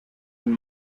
and